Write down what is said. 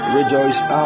Rejoice